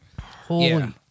Holy